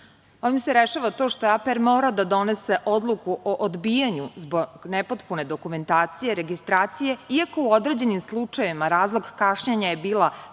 Ovim se rešava to što je APR morao da donese odluku o odbijanju zbog nepotpune dokumentacije registracije, iako u određenim slučajevima razlog kašnjenja je bila